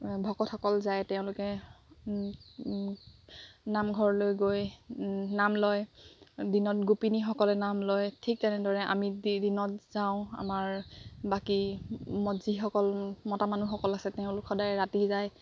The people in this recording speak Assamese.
ভকতসকল যায় তেওঁলোকে নামঘৰলৈ গৈ নাম লয় দিনত গোপিনীসকলে নাম লয় ঠিক তেনেদৰে আমি দিনত যাওঁ আমাৰ বাকী যিসকল মতা মানুহসকল আছে তেওঁলোক সদায় ৰাতি যায়